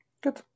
Good